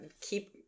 Keep